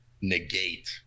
negate